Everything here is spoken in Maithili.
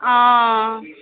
ओ